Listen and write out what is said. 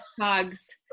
hugs